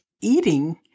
eating